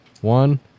one